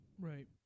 Right